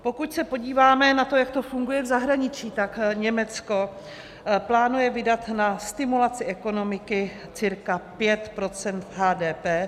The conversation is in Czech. Pokud se podíváme na to, jak to funguje v zahraničí, tak Německo plánuje vydat na stimulaci ekonomiky cirka 5 % HDP.